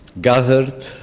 gathered